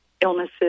illnesses